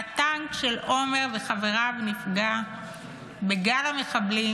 הטנק של עומר וחבריו נפגע בגלל המחבלים.